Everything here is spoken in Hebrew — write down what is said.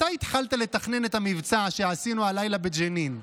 מתי התחלת לתכנן את המבצע שעשינו הלילה בג'נין?